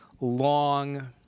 long